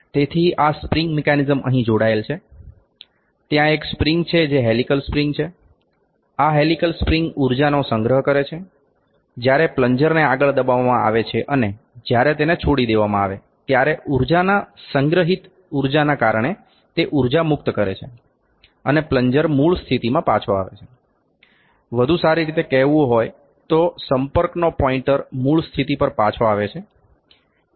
તેથી આ spring mechanism અહીં જોડાયેલ છે ત્યાં એક સ્પ્રિંગ છે જે હેલીકલ સ્પ્રિંગ છે આ હેલીકલ સ્પ્રિંગ ઊર્જા સંગ્રહ કરે છે જ્યારે પ્લન્જરને આગળ દબાવવામાં આવે છે અને જ્યારે તેને છોડી દેવામાં આવે ત્યારે સંગ્રહિત ઉર્જાના કારણે તે ઉર્જા મુક્ત કરે છે અને પ્લન્જર મૂળ સ્થિતિમાં પાછો આવે છે વધુ સારી રીતે કહેવું હોય તો સંપર્કનો પોઇન્ટર મૂળ સ્થિતિ પર પાછો આવે છે